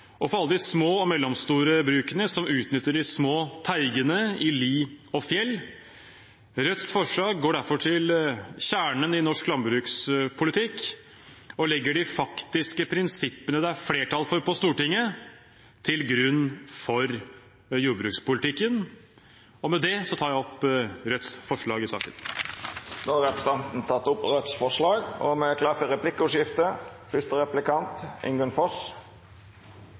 og for alle de små og mellomstore brukene som utnytter de små teigene i li og fjell. Rødts forslag går derfor til kjernen i norsk landbrukspolitikk og legger de faktiske prinsippene det er flertall for på Stortinget, til grunn for jordbrukspolitikken. Med det tar jeg opp Rødts forslag i saken. Representanten Bjørnar Moxnes har teke opp forslaget han refererte til. Det vert replikkordskifte. Som representanten Moxnes sikkert er kjent med,